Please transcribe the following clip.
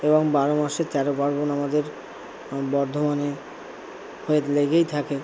এবং বারো মাসে তেরো পার্বণ আমাদের বর্ধমানে হয়ে লেগেই থাকে